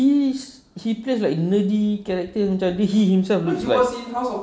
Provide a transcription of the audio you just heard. he's he plays like nerdy character macam he himself looks like